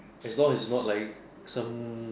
as long as it's not like some